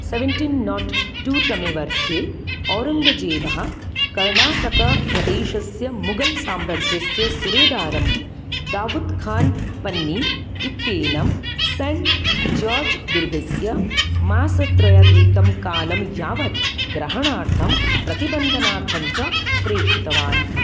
seventeen nought two तमे वर्षे औरङ्गजेबः कर्णाटकप्रदेशस्य मोगल् साम्राज्यस्य सुवेदारं दावुद् खान् पन्नी इत्येनं सेण्ट् जार्ज् दुर्गस्य मासत्रयाधिकं कालं यावत् ग्रहणार्थं प्रतिबन्धनार्थं च प्रेषितवान्